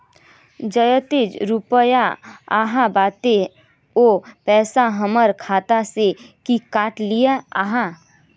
जयते रुपया आहाँ पाबे है उ पैसा हमर खाता से हि काट लिये आहाँ?